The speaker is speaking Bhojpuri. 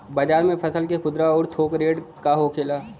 बाजार में फसल के खुदरा और थोक रेट का होखेला?